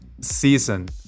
season